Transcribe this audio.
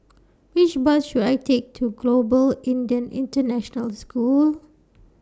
Which Bus should I Take to Global Indian International School